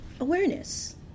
awareness